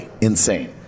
Insane